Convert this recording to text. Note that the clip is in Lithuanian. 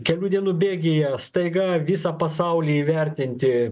kelių dienų bėgyje staiga visą pasaulį įvertinti